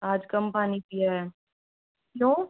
आज कम पानी पिया है नो